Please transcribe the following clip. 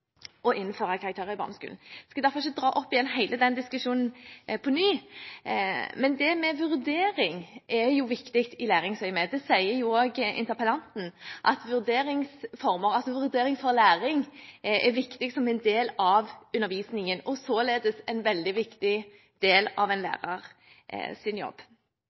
Jeg skal derfor ikke dra opp igjen hele den diskusjonen på nytt, men det med vurdering er viktig i læringsøyemed. Det sier også interpellanten, at vurdering knyttet til læring er viktig som en del av undervisningen og således en veldig viktig del av en lærers jobb.